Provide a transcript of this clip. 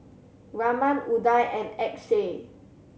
Raman Udai and Akshay